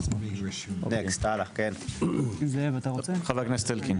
חבר הכנסת אלקין.